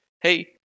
hey